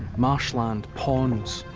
marshland, ponds,